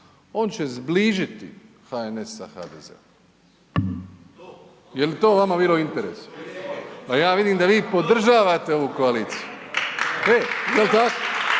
On će zbližiti HNS sa HDZ-om. Jel to vama bilo u interesu? Pa ja vidim da vi podržavate ovu koaliciju. E, jel tako